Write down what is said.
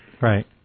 Right